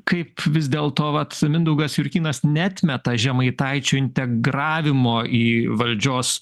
kaip vis dėl to vat mindaugas jurkynas neatmeta žemaitaičio integravimo į valdžios